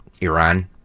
Iran